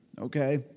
okay